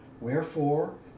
Wherefore